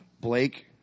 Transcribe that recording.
Blake –